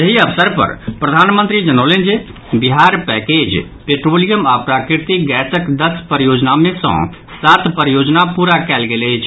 एहि अवसर पर प्रधानमंत्री जनौलनि जे बिहार पैकेज पेट्रोलियम आ प्राकृतिक गैसक दस परियोजना मे सँ सात परियोजना पूरा कयल गेल अछि